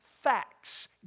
Facts